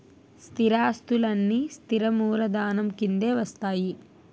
స్థిరాస్తులన్నీ స్థిర మూలధనం కిందే వస్తాయి